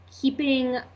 keeping –